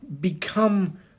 become